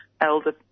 elder